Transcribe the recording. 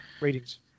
ratings